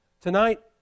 Tonight